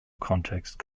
context